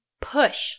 Push